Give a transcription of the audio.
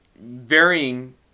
varying